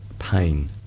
Pain